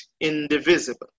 indivisible